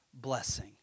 blessing